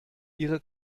ihre